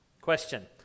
Question